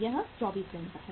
यह 24 दिन है